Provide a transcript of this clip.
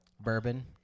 bourbon